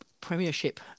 Premiership